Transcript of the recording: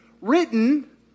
written